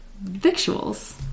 victuals